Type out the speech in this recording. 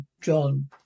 John